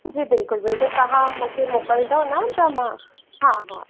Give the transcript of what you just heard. जी बिल्कुलु बिल्कुलु तव्हां मूंखे मोकिलंदौ न त हा हा हा